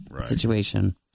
situation